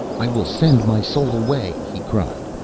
i will send my soul away he cried,